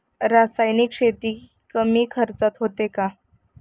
रासायनिक शेती कमी खर्चात होते का?